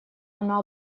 она